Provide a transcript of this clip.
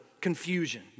confusion